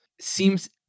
seems